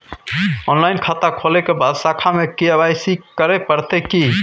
Online खाता खोलै के बाद शाखा में के.वाई.सी करे परतै की?